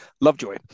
Lovejoy